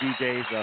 DJs